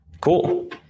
Cool